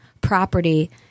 property